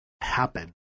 happen